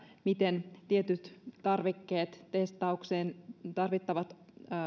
miten tiettyjä tarvikkeita testaukseen tarvittavia